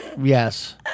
Yes